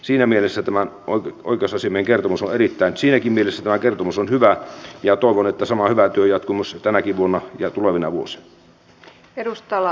siinäkin mielessä tämä oikeusasiamiehen kertomus on hyvä ja toivon että sama hyvä työ jatkuu tänäkin vuonna ja tulevina vuosina